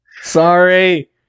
Sorry